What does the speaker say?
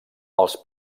els